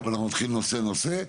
נמצא,